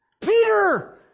Peter